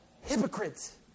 Hypocrites